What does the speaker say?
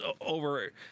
over